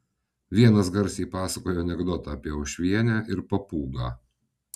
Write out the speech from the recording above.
vienas garsiai pasakojo anekdotą apie uošvienę ir papūgą